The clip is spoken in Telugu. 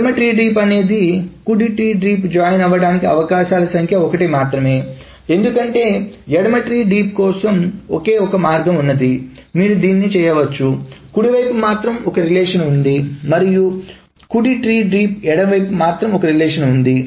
ఎడమ ట్రీ డీప్ అనేది కుడి ట్రీ డీప్ జాయిన్ అవ్వడానికి అవకాశాల సంఖ్య 1 మాత్రమే ఎందుకంటే ఎడమ ట్రీ డీప్ కోసం ఒకే ఒక మార్గం ఉంది మీరు దీన్ని చేయవచ్చు కుడి వైపు మాత్రం ఒక రిలేషన్ ఉంది మరియు కుడి ట్రీ డీప్ ఎడమ వైపు మాత్రం ఒక రిలేషన్ ఉంది